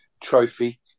Trophy